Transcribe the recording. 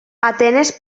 atenes